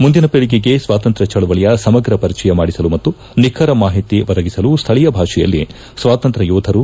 ಮುಂದಿನ ಪೀಳಗೆಗೆ ಸ್ವಾತಂತ್ರ್ಯ ಚಳವಳಿಯ ಸಮಗ್ರ ಪರಿಚಯ ಮಾಡಿಸಲು ಮತ್ತು ನಿಖರ ಮಾಹಿತಿ ಒದಗಿಸಲು ಸ್ವಳೀಯ ಭಾಷೆಯಲ್ಲಿ ಸ್ವಾತಂತ್ರ್ಯ ಯೋಧರು